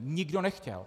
Nikdo nechtěl.